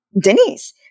Denise